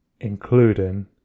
including